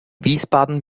wiesbaden